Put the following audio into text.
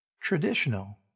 Traditional